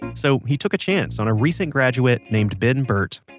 so he took a chance on a recent graduate named ben burtt.